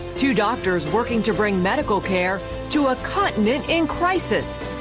two doctors working to bring medical care to a continent in crisis.